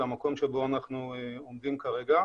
למקום שבו אנחנו עומדים כרגע.